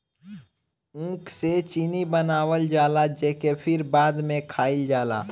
ऊख से चीनी बनावल जाला जेके फिर बाद में खाइल जाला